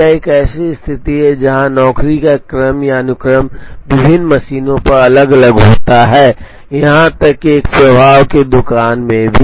यह एक ऐसी स्थिति है जहां नौकरी का क्रम या अनुक्रम विभिन्न मशीनों पर अलग अलग होता है यहां तक कि एक प्रवाह की दुकान में भी